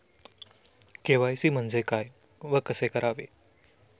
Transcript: KYC म्हणजे काय व कसे करावे?